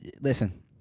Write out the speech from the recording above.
listen